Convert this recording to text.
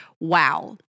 wow